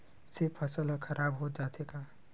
से फसल ह खराब हो जाथे का?